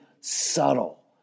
subtle